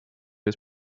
was